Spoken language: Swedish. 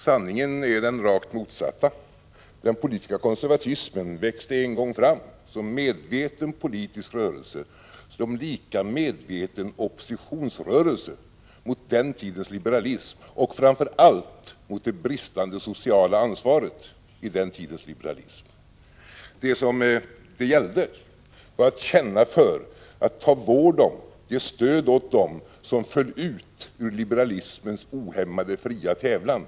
Sanningen är den rakt motsatta. Den politiska konservatismen växte en gång fram som medveten politisk rörelse, som lika medveten oppositionsrörelse mot den tidens liberalism, och framför allt mot det bristande sociala ansvaret i den tidens liberalism. Det som det gällde var att känna för, att ta vård om och att ge stöd åt dem som föll ut ur liberalismens ohämmade fria tävlan. Bl.